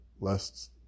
lest